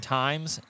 times